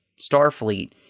Starfleet